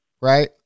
right